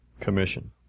commission